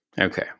okay